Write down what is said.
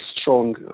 strong